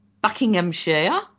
Buckinghamshire